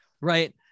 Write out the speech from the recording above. right